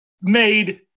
made